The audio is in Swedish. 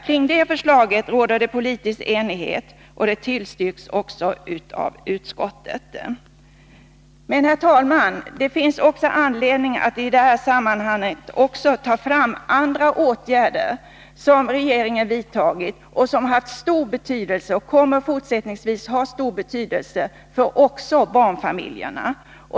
Kring det förslaget råder det politisk enighet, och det tillstyrks av utskottet. Herr talman! Det finns också anledning att i detta sammanhang ta upp andra åtgärder som regeringen vidtagit och som haft och kommer att ha stor betydelse för barnfamiljerna.